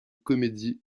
comédie